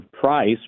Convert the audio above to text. price